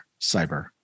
cyber